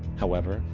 however,